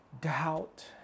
doubt